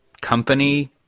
company